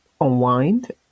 unwind